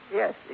yes